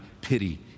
pity